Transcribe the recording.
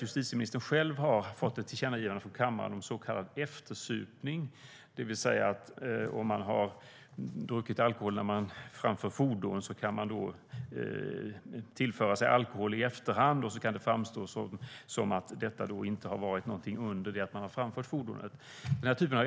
Justitieministern har själv fått ett tillkännagivande från kammaren om så kallad eftersupning, det vill säga att om man har druckit alkohol och framför fordon kan man tillföra sig alkohol i efterhand och sedan kan göra gällande att man inte var alkoholpåverkad under det att man framförde fordonet.